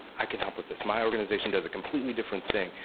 i can help with this. my organization does a completely different thing,